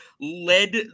led